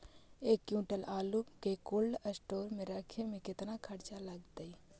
एक क्विंटल आलू के कोल्ड अस्टोर मे रखे मे केतना खरचा लगतइ?